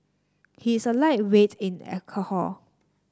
he is a lightweight in alcohol